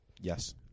Yes